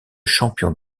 champion